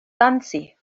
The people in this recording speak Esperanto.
danci